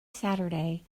saturday